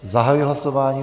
Zahajuji hlasování.